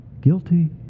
guilty